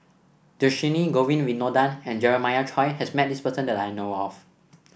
Dhershini Govin Winodan and Jeremiah Choy has met this person that I know of